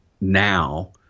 now